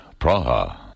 Praha